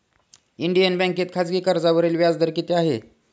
Indian बँकेत खाजगी कर्जावरील व्याजदर किती आहे?